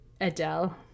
Adele